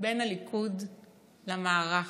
בין הליכוד למערך.